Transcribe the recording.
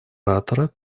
оратора